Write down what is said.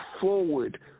forward